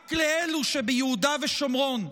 רק לאלו שביהודה ושומרון.